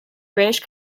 british